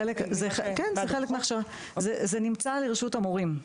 כן, זה חלק מההכשרה, זה נמצא לרשות המורים.